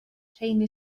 rheini